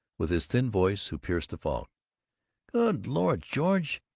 with his thin voice, who pierced the fog good lord, george,